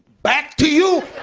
back to you.